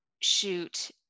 shoot